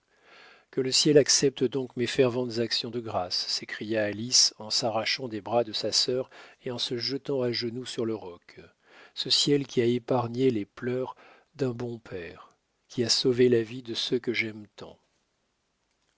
que le ciel accepte donc mes ferventes actions de grâces s'écria alice en s'arrachant des bras de sa sœur et en se jetant à genoux sur le roc ce ciel qui a épargné les pleurs d'un bon père qui a sauvé la vie de ceux que j'aime tant